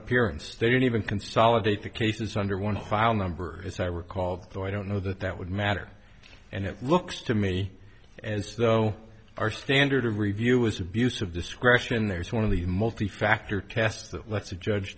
appearance they don't even consolidate the cases under one file number as i recall so i don't know that that would matter and it looks to me as though our standard of review is abuse of discretion there's one of the multi factor test that lets the judge